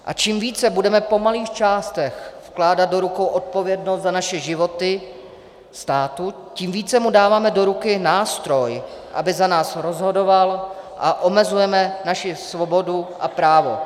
A čím více budeme po malých částech vkládat do rukou odpovědnost za naše životy státu, tím více mu dáváme do ruky nástroj, aby za nás rozhodoval, a omezujeme naši svobodu a právo.